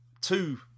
two